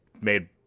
made